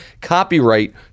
Copyright